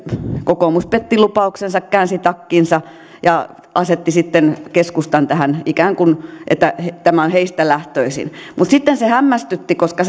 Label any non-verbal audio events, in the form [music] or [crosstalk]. kokoomus petti lupauksensa käänsi takkinsa ja asetti sitten keskustan tähän ikään kuin niin että tämä on heistä lähtöisin mutta sitten se hämmästytti koska [unintelligible]